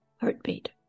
heartbeat